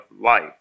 life